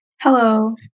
Hello